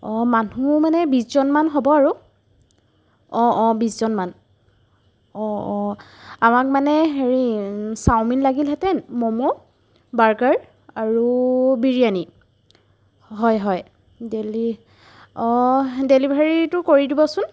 অ' মানুহ মানে বিছজনমান হ'ব আৰু অ' অ' বিছজনমান অ' অ' আমাক মানে হেৰি চাউমিন লাগিলহেঁতেন ম'ম' বাৰ্গাৰ আৰু বিৰিয়ানি হয় হয় ডেলি অ' ডেলিভাৰীটো কৰি দিবচোন